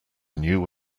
knew